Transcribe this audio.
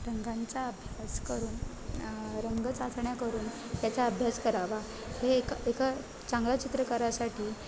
रंगांचा अभ्यास करून रंग चाचण्या करून त्याचा अभ्यास करावा हे एक एका चांगला चित्रकारासाठी